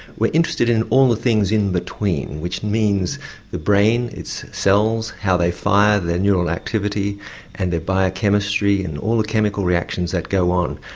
we're interested in all the things in between which means the brain, its cells, how they fire, their neural activity and their biochemistry and all the chemical reactions that go on.